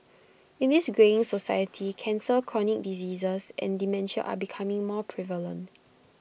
in this greying society cancer chronic diseases and dementia are becoming more prevalent